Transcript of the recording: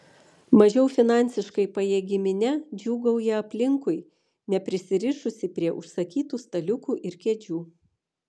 mažiau finansiškai pajėgi minia džiūgauja aplinkui neprisirišusi prie užsakytų staliukų ir kėdžių